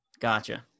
Gotcha